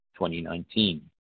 2019